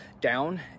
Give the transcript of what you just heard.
down